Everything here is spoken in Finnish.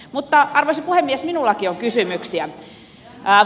mutta arvoisa puhemies minullakin on kysymyksiä